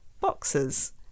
boxes